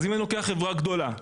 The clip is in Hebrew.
אז אם אני לוקח חברה גדולה,